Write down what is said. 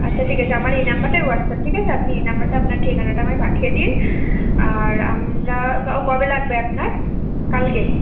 আচ্ছা ঠিক আছে আমার এই নাম্বারটাই হোয়াটসঅ্যাপ ঠিক আছে আপনি এই নাম্বারটা আপনার ঠিকানাটা পাঠিয়ে দিন আর আমরা কবে লাগবে আপনার কালকে